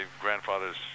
grandfather's